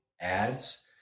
ads